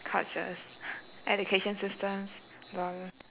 cultures education systems